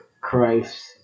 Christ